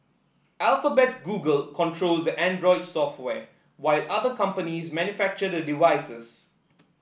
Alphabet's Google controls the Android software while other companies manufacture the devices